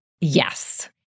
Yes